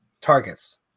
targets